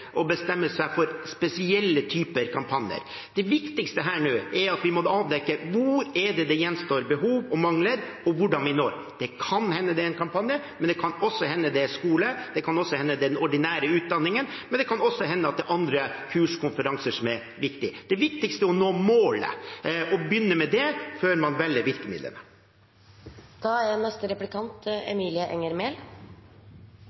å bestemme seg for spesielle typer kampanjer. Det viktigste her nå er at vi må avdekke hvor det er det gjenstår behov og mangler, og hvordan vi når det. Det kan hende det er en kampanje, men det kan også hende det er skole, det kan også hende det er den ordinære utdanningen, og det kan også hende at det er andre kurs og konferanser som er viktig. Det viktigste er å nå målet og å begynne med det før man velger virkemidlene.